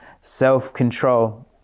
self-control